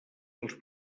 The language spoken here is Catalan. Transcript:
dels